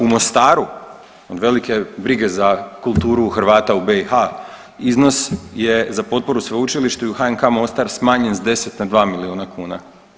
U Mostaru velike brige za kulturu u Hrvata u BiH iznos je za potporu sveučilišta i HNK Mostar smanjen s 10 na 2 milijuna kuna.